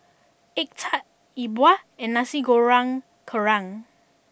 Egg Tart Yi Bua And Nasi Goreng Kerang